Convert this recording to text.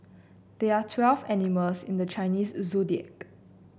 there are twelve animals in the Chinese Zodiac